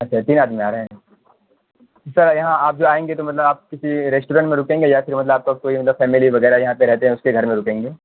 اچھا تین آدمی آ رہے ہیں سر یہاں آپ جو آئیں گے تو مطلب آپ کسی ریسٹورینٹ میں رکیں گے یا پھر مطلب آپ کا کوئی مطلب فیملی وغیرہ یہاں پہ رہتے ہیں اس کے گھر میں رکیں گے